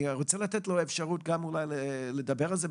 אני רוצה לתת לו אפשרות לדבר על זה.